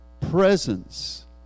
presence